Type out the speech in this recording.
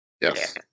Yes